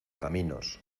caminos